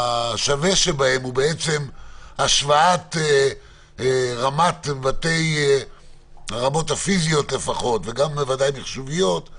השווה שבהם הוא בעצם השוואת הרמה הפיזית והמחשובית של